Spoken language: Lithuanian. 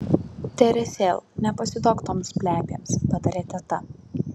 teresėl nepasiduok toms plepėms patarė teta